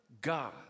God